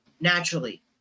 naturally